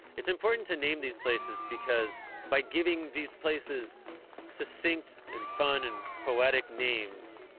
it's important to name these places because by giving these places succinct and fun and poetic names,